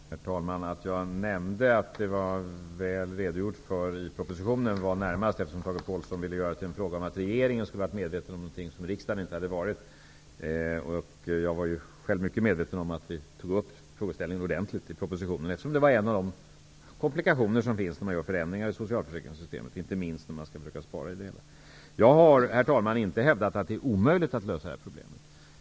Herr talman! Att jag nämnde att detta var väl redogjort för i propositionen berodde närmast på att Tage Påhlsson ville göra det till en fråga om att regeringen skulle ha varit medveten om något som riksdagen inte kände till. Jag var själv mycket medveten om att vi i propositionen ordentligt tog upp frågeställningen, eftersom detta är en av de komplikationer som uppstår när man gör förändringar i socialförsäkringssystemet, inte minst när man skall försöka spara. Jag har, herr talman, inte hävdat att det är omöjligt att lösa det här problemet.